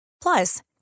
Plus